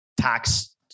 Tax